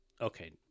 okay